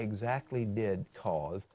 exactly did cause